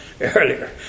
earlier